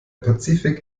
pazifik